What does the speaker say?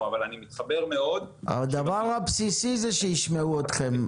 אבל אני מתחבר מאוד -- הדבר הבסיסי זה שישמעו אתכם.